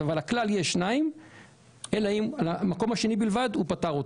הכלל יהיה שניים אלא אם את המקום השני בלבד הוא פטר.